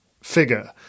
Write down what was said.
figure